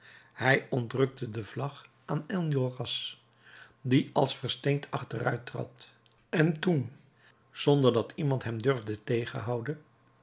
hij ontrukte de vlag aan enjolras die als versteend achteruit trad en toen zonder dat iemand hem durfde tegenhouden